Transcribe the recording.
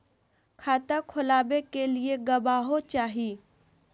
खाता खोलाबे के लिए गवाहों चाही?